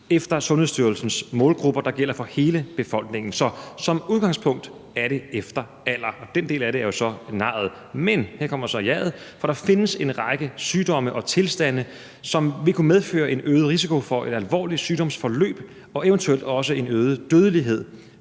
efter Sundhedsstyrelsens målgrupper, der gælder for hele befolkningen. Så som udgangspunkt er det efter alder, og den del af det er jo så nejet. Men, og her kommer så jaet, der findes en række sygdomme og tilstande, som vil kunne medføre en øget risiko for et alvorligt sygdomsforløb og eventuelt også en øget dødelighed,